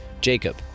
Jacob